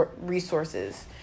resources